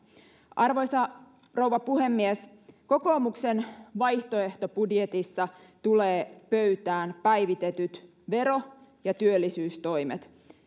arvoisa rouva puhemies kokoomuksen vaihtoehtobudjetissa tulee pöytään päivitetyt vero ja työllisyystoimet